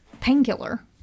painkiller